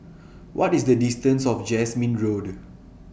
What IS The distance of Jasmine Road